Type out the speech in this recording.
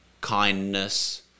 kindness